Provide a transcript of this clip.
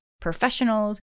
professionals